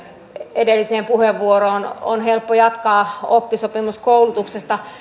edelliseen puheenvuoroon on helppo jatkaa oppisopimuskoulutuksesta